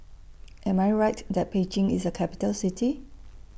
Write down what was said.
Am I Right that Beijing IS A Capital City